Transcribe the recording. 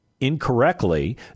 incorrectly